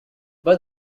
but